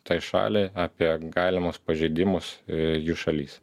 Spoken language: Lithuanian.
tai šaliai apie galimus pažeidimus jų šalyse